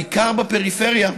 בעיקר בפריפריה,